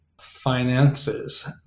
finances